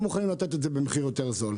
הם מוכנים לתת את זה במחיר יותר זול.